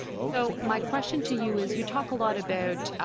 so my question to you is you talk a lot about